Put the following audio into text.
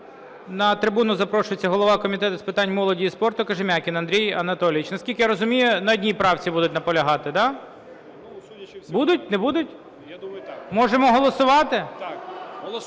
На трибуну запрошується голова Комітету з питань молоді і спорту Кожем'якін Андрій Анатолійович. Наскільки я розумію, на одній правці будуть наполягати, да? Будуть, не будуть? Можемо голосувати?